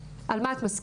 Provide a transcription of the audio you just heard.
בבקשה, על מה את מסכימה?